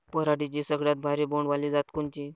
पराटीची सगळ्यात भारी बोंड वाली जात कोनची?